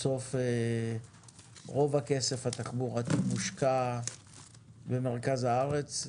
בסוף רוב הכסף התחבורתי מושקע במרכז הארץ,